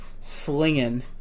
slinging